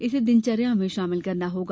इसे दिनचर्या में शामिल करना होगा